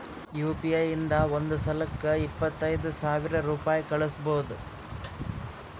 you P I ಇಂದ ಒಂದ್ ಸಲಕ್ಕ ಇಪ್ಪತ್ತೈದು ಸಾವಿರ ರುಪಾಯಿ ಕಳುಸ್ಬೋದು